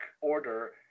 order